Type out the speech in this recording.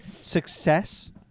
success